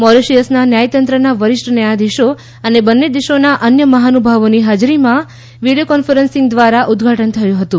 મોરેશિયસના ન્યાયતંત્રના વરિષ્ઠ ન્યાયાધીશો અને બંને દેશોના અન્ય મહાનુભાવોની હાજરીમાં વીડિયો કોન્ફરન્સ દ્વારા ઉદ્વાટન થયું હતું